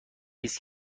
است